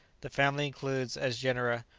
the family includes, as genera,